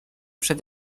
przed